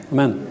Amen